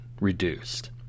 reduced